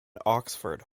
oxford